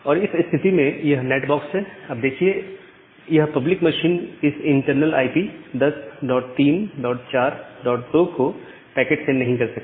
और इस स्थिति में यह नैट बॉक्स है अब देखिए यह पब्लिक मशीन इस इंटरनल आईपी 10342 को पैकेट सेंड नहीं कर सकता